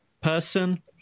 person